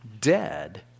dead